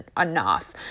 enough